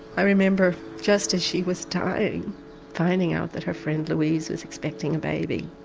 i remember just as she was dying finding out that her friend louise was expecting a baby.